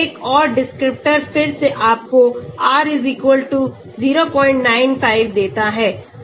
एक और डिस्क्रिप्टर फिर से आपको R 095 देता है